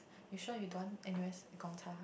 you sure you don't want N_U_S Gongcha